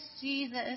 Jesus